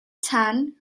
tan